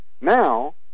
now